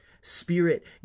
Spirit